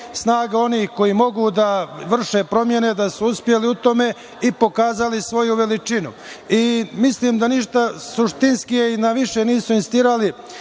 snaga onih koji mogu da vrše promene, da su uspeli u tome i pokazali svoju veličinu. Mislim da ništa suštinskije i na više nisu insistirali